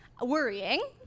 worrying